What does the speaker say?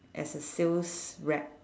as a sales rep